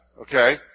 okay